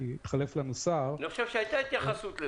--- אני חושב שהייתה התייחסות לזה.